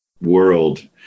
world